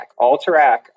Alterac